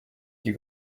qui